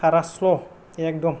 खारा स्ल' एकदम